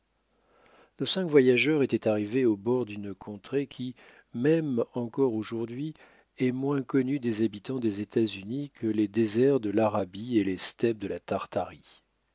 nos cinq voyageurs étaient arrivés au bord d'une contrée qui même encore aujourd'hui est moins connue des habitants des états-unis que les déserts de l'arabie et les steppes de la tartarie